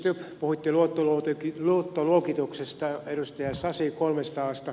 pääministeri stubb puhuitte luottoluokituksesta edustaja sasi kolmesta asta